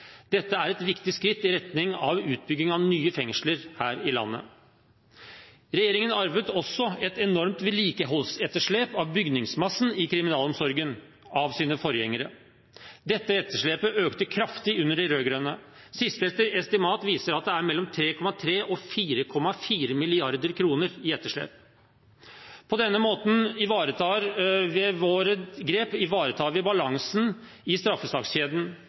Dette er et viktig skritt i retning av utbygging av nye fengsler her i landet. Regjeringen arvet også et enormt vedlikeholdsetterslep av bygningsmassen i kriminalomsorgen fra sine forgjengere. Dette etterslepet økte kraftig under de rød-grønne. Siste estimat viser at det er mellom 3,3 mrd. og 4,4 mrd. kr i etterslep. På denne måten ivaretar vi med våre grep balansen i straffesakskjeden.